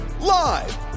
live